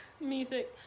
music